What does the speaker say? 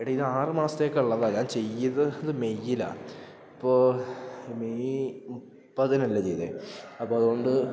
എടാ ഇത് ആറ് മാസത്തേക്കുള്ളതാണ് ഞാൻ ചെയ്തത് മെയ്യിലാണ് ഇപ്പോൾ മെയ് മുപ്പതിനല്ലെ ചെയ്തേ അപ്പോൾ അതുകൊണ്ട്